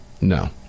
No